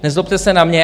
Nezlobte se na mě.